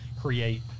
create